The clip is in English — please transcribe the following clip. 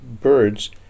birds